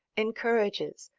encourages,